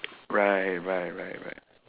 right right right right